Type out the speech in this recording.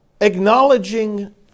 acknowledging